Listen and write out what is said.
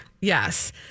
Yes